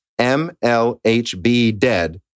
mlhbdead